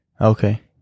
Okay